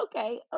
Okay